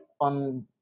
on